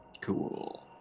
Cool